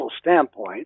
standpoint